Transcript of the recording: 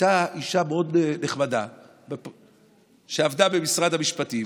הייתה אישה מאוד נחמדה שעבדה במשרד המשפטים,